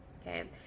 okay